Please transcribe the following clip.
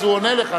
אז הוא עונה לך.